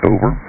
Over